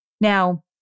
Now